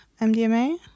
MDMA